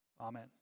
Amen